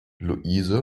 luise